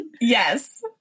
Yes